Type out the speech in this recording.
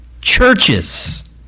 churches